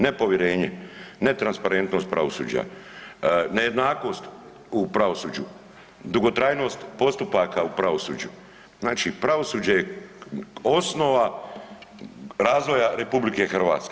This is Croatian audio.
Nepovjerenje, netransparentnost pravosuđa, nejednakost u pravosuđu, dugotrajnost postupaka u pravosuđu, znači pravosuđe je osnova razvoja RH.